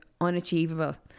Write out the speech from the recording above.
unachievable